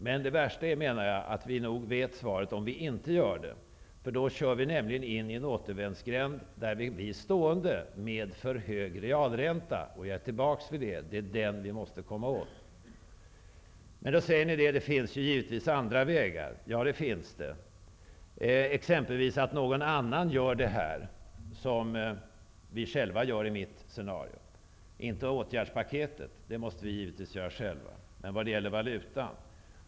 Men det värsta är att vi vet vad som händer om vi inte vidtar den här åtgärden. Då kör vi in i en återvändsgränd, där vi blir stående med för hög realränta, och -- som jag tidigare sade -- det är den som vi måste komma åt. Då säger man kanske att det finns andra vägar. Ja, det finns det. Någon annan kan t.ex. göra det som vi själva gör i mitt scenario beträffande valutan, inte när det gäller åtgärdspaketet, för det måste vi givevis själva genomföra.